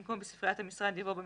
במקום "בספריית המשרד" יבוא "במשרד,